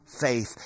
faith